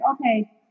okay